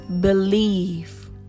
believe